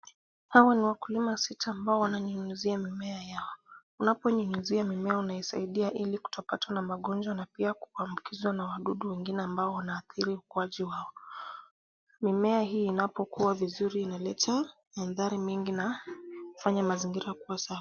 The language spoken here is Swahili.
Hawa ni wakulima sita ambao wananyunyizia mimea yao. Unaponyunyizia mimea unaisaidia ili kutopatwa na magonjwa na pia kutoambikizwa na wadudu wengine ambao wanaathiri mkwaju. Mimea hii inapokuwa vizuri inaleta mandhari mengi na kufanya mazingira kuwa safi.